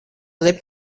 liet